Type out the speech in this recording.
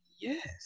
Yes